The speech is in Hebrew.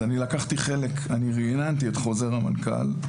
רעננתי את חוזר המנכ"ל,